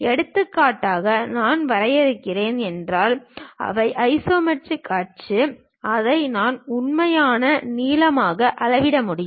எடுத்துக்காட்டாக நான் வரையறுக்கிறேன் என்றால் இவை ஐசோமெட்ரிக் அச்சு இதை நான் உண்மையான நீளமாக அளவிட முடியும்